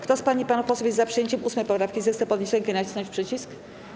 Kto z pań i panów posłów jest za przyjęciem 8. poprawki, zechce podnieść rękę i nacisnąć przycisk.